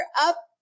up